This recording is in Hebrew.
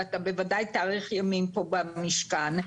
ואתה בוודאי תאריך ימים פה במשכן,